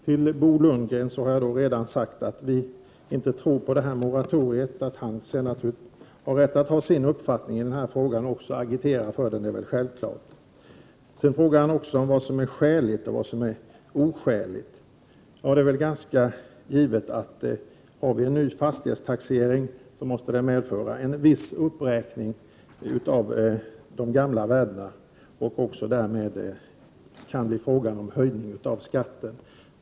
Till Bo Lundgren har jag redan sagt att vi inte tror på moratoriet, men det är självklart att han har rätt att ha sin egen uppfattning i frågan och att agitera för den. Bo Lundgren frågade också om vad som är skäligt och vad som är oskäligt. Det är ganska givet, att har vi en ny fastighetstaxering, måste den medföra en viss uppräkning av de gamla värdena. Därmed kan det givetvis bli fråga om en höjning av skatten.